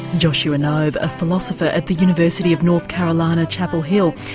joshua knobe, a philosopher at the university of north carolina chapel hill,